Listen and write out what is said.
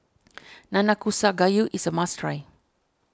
Nanakusa Gayu is a must try